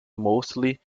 mostly